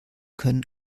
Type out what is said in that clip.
können